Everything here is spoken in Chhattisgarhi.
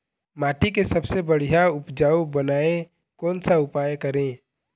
माटी के सबसे बढ़िया उपजाऊ बनाए कोन सा उपाय करें?